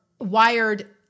wired